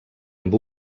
amb